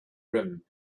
rim